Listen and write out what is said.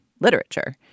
literature